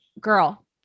girl